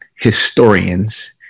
historians